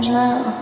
now